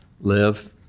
live